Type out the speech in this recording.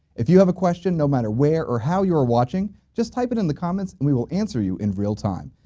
if you have a question no matter where or how you are watching just type it in the comments and we will answer you in real time.